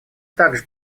также